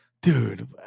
Dude